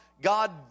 God